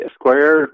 square